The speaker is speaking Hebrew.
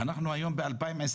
ואנחנו היום ב-2021.